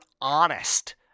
honest